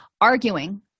arguing